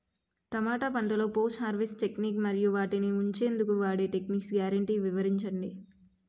టమాటా పంటలో post harvest techniques మరియు వాటిని ఉంచెందుకు వాడే టెక్నిక్స్ గ్యారంటీ వివరించండి?